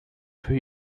für